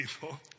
people